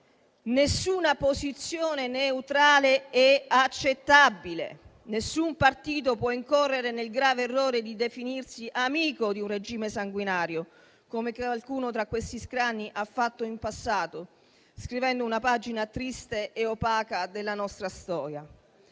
Nessuna posizione neutrale è accettabile. Nessun partito può incorrere nel grave errore di definirsi amico di un regime sanguinario, come credo qualcuno tra questi scranni ha fatto in passato, scrivendo una pagina triste e opaca della nostra storia.